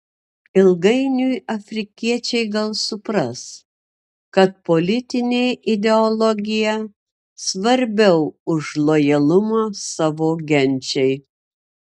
ilgainiui afrikiečiai gal supras kad politinė ideologija svarbiau už lojalumą savo genčiai